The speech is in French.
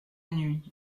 nuit